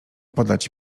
podać